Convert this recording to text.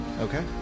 Okay